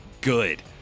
good